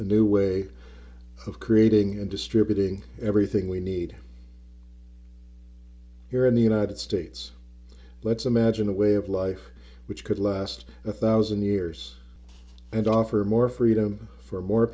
a new way of creating and distributing everything we need here in the united states let's imagine a way of life which could last a thousand years and offered more freedom for more